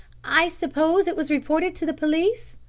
i suppose it was reported to the police?